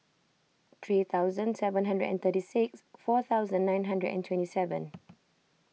three thousand seven hundred and thirty six four thousand nine hundred and twenty seven